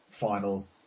final